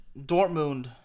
Dortmund